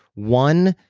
one,